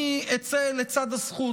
אני אצא לצד הזכות,